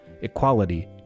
equality